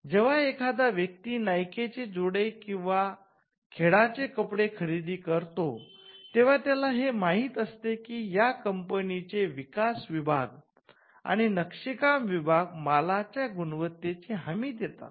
जेव्हा एखादी व्यक्ती नाइके च्या चपला पादत्राणे किंवा क्रीडापटूंचे खेळातील कपडे खरेदी करतो तेंव्हा त्याला हे माहीत असते की या कंपनीचे विकास विभाग आणि नक्षीकाम विभाग मालाच्या गुणवत्तेची हमी देतात